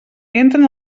entren